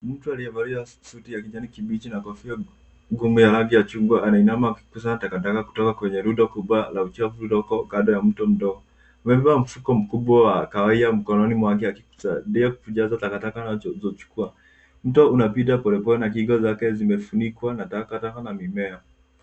Mtu aliyevalia suti ya kijani kibichi na kofia ngumu ya rangi ya chungwa, anainama akikusanya takataka kutoka kwenye rundo kubwa la uchafu lililoko kando ya mto mdogo. Amebeba mfuko mkubwa wa kahawia mkononi mwake akisaidia kujaza takataka anazochukua. Mto unapita polepole na kingo zake zimefunikwa na takataka na mimea.